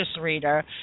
reader